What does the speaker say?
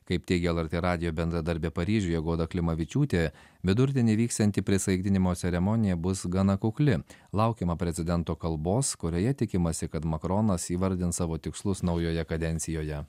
kaip teigė lrt radijo bendradarbė paryžiuje goda klimavičiūtė vidurdienį vyksianti prisaikdinimo ceremonija bus gana kukli laukiama prezidento kalbos kurioje tikimasi kad makronas įvardins savo tikslus naujoje kadencijoje